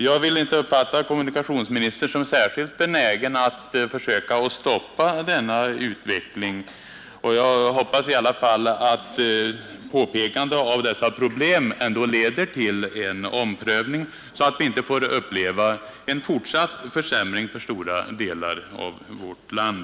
Jag kan inte uppfatta kommunikationsministern som särskilt benägen att försöka stoppa denna utveckling men jag hoppas i alla fall att påpekandet av dessa problem leder till en omprövning, så att vi inte får uppleva en fortsatt försämring för stora delar av vårt land.